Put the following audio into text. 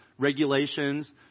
regulations